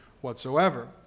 whatsoever